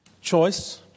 choice